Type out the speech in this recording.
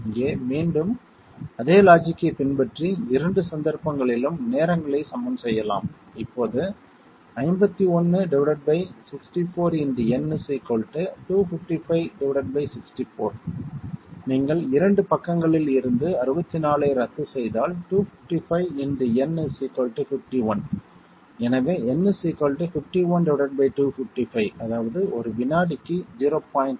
இங்கே மீண்டும் அதே லாஜிக் ஐப் பின்பற்றி இரண்டு சந்தர்ப்பங்களிலும் நேரங்களை சமன் செய்யலாம் இப்போது 51 64 × N 25564 நீங்கள் 2 பக்கங்களில் இருந்து 64 ஐ ரத்து செய்தால் 255 × N 51 எனவே N 51255 அதாவது ஒரு வினாடிக்கு 0